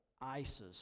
ISIS